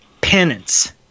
penance